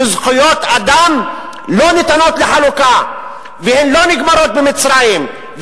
שזכויות אדם לא ניתנות לחלוקה והן לא נגמרות במצרים,